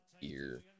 ear